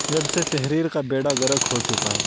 جب سے تحریر کا بیڑا غرق ہو چکا ہے